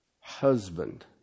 husband